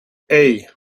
hey